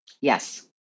Yes